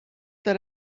that